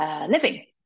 living